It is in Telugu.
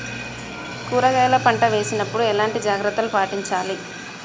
కూరగాయల పంట వేసినప్పుడు ఎలాంటి జాగ్రత్తలు పాటించాలి?